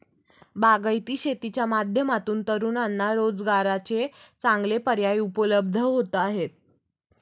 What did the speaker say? बागायती शेतीच्या माध्यमातून तरुणांना रोजगाराचे चांगले पर्याय उपलब्ध होत आहेत